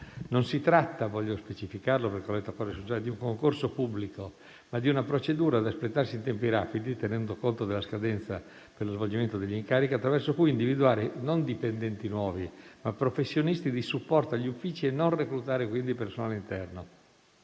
Non si tratta - voglio specificarlo, perché ho letto qualcosa sui giornali - di un concorso pubblico, ma di una procedura da espletarsi in tempi rapidi, tenendo conto della scadenza per lo svolgimento degli incarichi, attraverso cui individuare non dipendenti nuovi, ma professionisti di supporto agli uffici e non reclutare quindi personale interno.